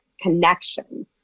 connection